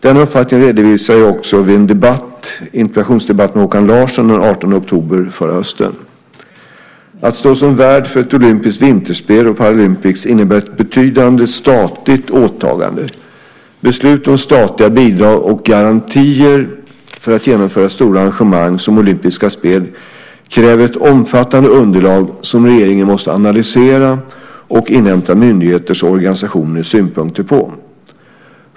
Denna uppfattning redovisade jag också vid en interpellationsdebatt med Håkan Larsson den 18 oktober förra hösten. Att stå som värd för ett olympiskt vinterspel och Paralympics innebär ett betydande statligt åtagande. Beslut om statliga bidrag och garantier för att genomföra stora arrangemang som olympiska spel kräver ett omfattande underlag som regeringen måste analysera och inhämta myndigheters och organisationers synpunkter på.